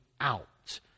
out